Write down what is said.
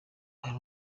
ari